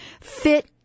fit